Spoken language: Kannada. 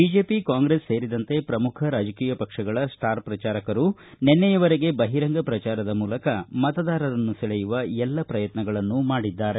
ಬಿಜೆಪಿ ಕಾಂಗ್ರೆಸ್ ಸೇರಿದಂತೆ ಪ್ರಮುಖ ರಾಜಕೀಯ ಪಕ್ಷಗಳ ಸ್ವಾರ್ ಪ್ರಚಾರಕರು ನಿನ್ನೆಯವರೆಗೆ ಬಹಿರಂಗ ಪ್ರಚಾರದ ಮೂಲಕ ಮತದಾರರನ್ನು ಸೆಳೆಯುವ ಎಲ್ಲ ಪ್ರಯತ್ನಗಳನ್ನು ಮಾಡಿದ್ದಾರೆ